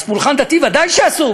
אז בפולחן דתי ודאי שאסור,